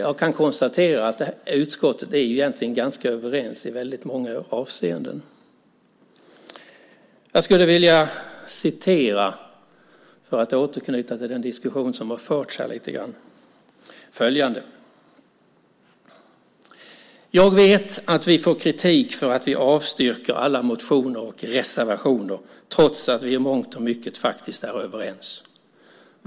Jag kan konstatera att utskottet egentligen är ganska överens i många avseenden. För att lite grann återknyta till den diskussion som har förts skulle jag vilja citera följande: "Jag vet att vi får kritik för att vi avstyrker alla motioner och reservationer, trots att vi i mångt och mycket faktiskt är överens.